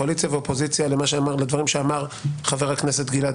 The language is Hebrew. קואליציה ואופוזיציה לדברים שאמר חבר הכנסת גלעד